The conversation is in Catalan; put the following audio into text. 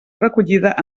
recollida